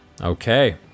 Okay